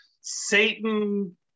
Satan